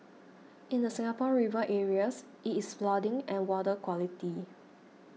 in the Singapore River areas it is flooding and water quality